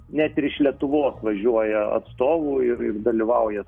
net ir iš lietuvos važiuoja atstovų ir ir dalyvauja